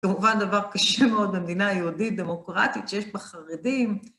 כמובן דבר קשה מאוד במדינה היהודית דמוקרטית, שיש בה חרדים.